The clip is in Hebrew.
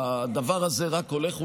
הדבר הזה רק הולך ומחמיר,